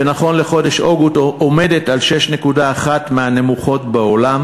ונכון לחודש אוגוסט עומדת על 6.1% מהנמוכות בעולם.